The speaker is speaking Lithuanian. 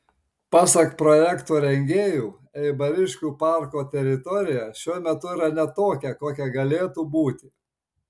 pasak projekto rengėjų eibariškių parko teritorija šiuo metu yra ne tokia kokia galėtų būti